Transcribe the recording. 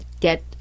get